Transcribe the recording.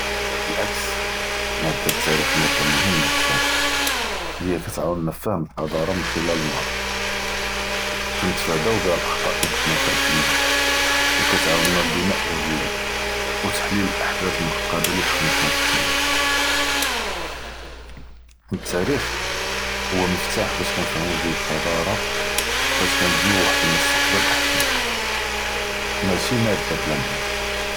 בלעכס, מאדה אלתאריח מאדה מוהימה בזאף, היא כתעאונא פפהם אלח’צרה מן ח’לל אלמעאדי, ו כתנדפדאו ביה אלח’טא אללי טחנא פ אלמעאדי, ו כתעאונא לבנאא אלהאויה, ו תחליל אלאח’דאת אלמעקדה אללי טחנא פ אלתאריח, ו אלתאריח הוא מפתח באש נפ’המו ביה אלח’צרה באש כנבנו וחד אלמוסתקבל אחסן, מאשי מאדה בלא מוהם.